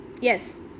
Yes